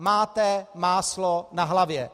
Máte máslo na hlavě.